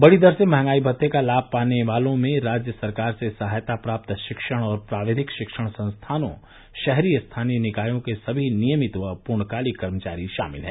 बढ़ी दर से महंगाई भत्ते का लाभ पाने वालों में राज्य सरकार से सहायता प्राप्त शिक्षण और प्राविधिक शिक्षण संस्थानों शहरी स्थानीय निकायों के सभी नियमित व पूर्णकालिक कर्मचारी शामिल है